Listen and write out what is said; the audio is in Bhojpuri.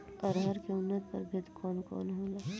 अरहर के उन्नत प्रभेद कौन कौनहोला?